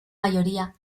mayoría